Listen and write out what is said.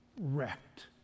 wrecked